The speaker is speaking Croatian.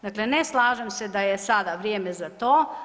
Dakle, ne slažem se da je sada vrijeme za to.